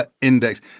index